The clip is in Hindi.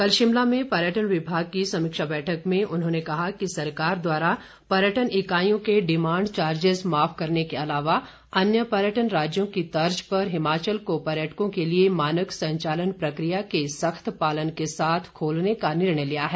कल शिमला में पर्यटन विभाग की समीक्षा बैठक में उन्होंने कहा कि सरकार द्वारा पर्यटन इकाइयों के डिमांड चार्जिज माफ करने के अलावा अन्य पर्यटन राज्यों की तर्ज पर हिमाचल को पर्यटकों के लिए मानक संचालन प्रक्रिया के सख्त पालन के साथ खोलने का निर्णय किया है